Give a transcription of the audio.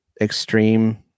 extreme